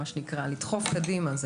לדחוף קדימה,